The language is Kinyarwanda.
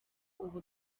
ubu